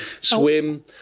Swim